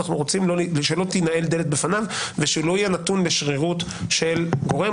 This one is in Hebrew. אנחנו רוצים שלא תינעל דלת בפניו ושלא יהיה נתון לשרירות של גורם,